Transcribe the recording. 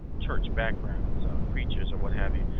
church backgrounds, preachers or what have you,